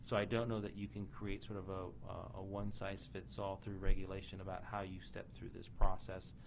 so i don't know that you can create sort of a ah one size fits all through regulation about how you step through this process.